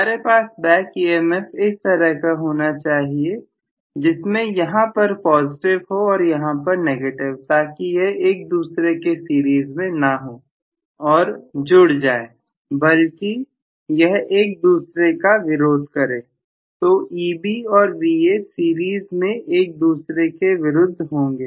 हमारे पास back EMF इस तरह का होना चाहिए जिसमें यहां पर पॉजिटिव हो और यहां पर नेगेटिव ताकि यह एक दूसरे के सीरीज में ना हो और जुड़ जाए बल्कि यह एक दूसरे का विरोध करें तो Eb और Va सीरीज में एक दूसरे के विरुद्ध होंगे